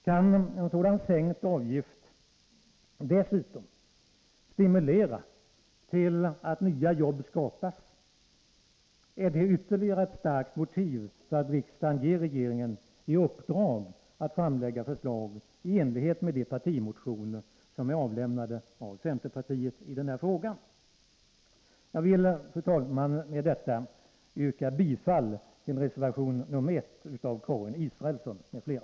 Kan en sådan sänkt avgift dessutom stimulera till att nya jobb skapas är det ytterligare ett starkt motiv för att riksdagen ger regeringen i uppdrag att framlägga förslag i enlighet med de partimotioner som är avlämnade av centerpartiet i denna fråga. Jag vill, fru talman, med detta yrka bifall till reservation nr 1 av Karin Israelsson m.fl.